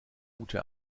gute